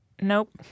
Nope